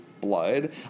blood